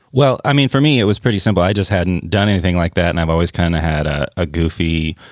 well, i mean, for me, it was pretty simple. i just hadn't done anything like that. and i'm always kind of had ah a goofy,